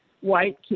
white